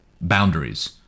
boundaries